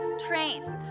trained